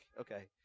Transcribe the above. Okay